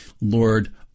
Lord